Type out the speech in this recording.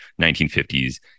1950s